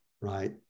right